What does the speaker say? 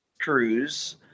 cruise